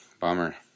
Bummer